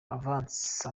avance